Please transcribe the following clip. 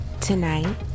Tonight